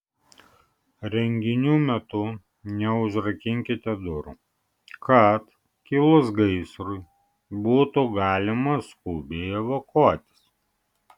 renginių metu neužrakinkite durų kad kilus gaisrui būtų galima skubiai evakuotis